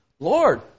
Lord